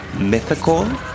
mythical